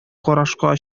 карашка